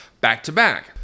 back-to-back